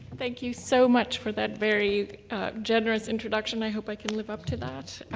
thank you so much for that very generous introduction. i hope i can live up to that.